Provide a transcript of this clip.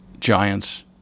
Giants